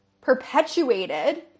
perpetuated